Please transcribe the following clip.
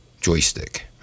joystick